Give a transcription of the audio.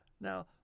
Now